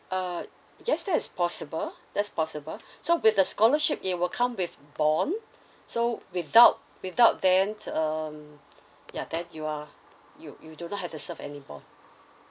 uh yes that is possible that's possible so with the scholarship it will come with bond so without without then um ya then you are you you do not have to serve any bond